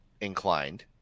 inclined